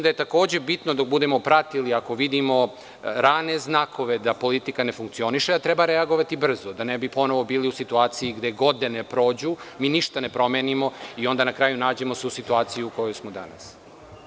Takođe je bitno da dok budemo pratili, ako vidimo rane znakove da politika ne funkcioniše treba reagovati brzo, da ne bi ponovo bili u situaciji da godine prođu mi ništa ne promenimo i na kraju se nađemo u situaciji u kojoj smo danas.